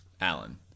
Alan